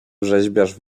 rzeźbiarz